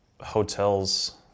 hotels